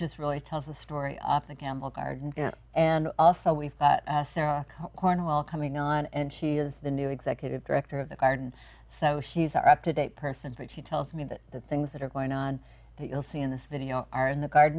just really tells the story off the camel garden and also we've cornwall coming on and she is the new executive director of the garden so she's our up to date person but she tells me that the things that are going on that you'll see in this video are in the garden